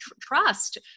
trust